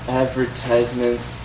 advertisements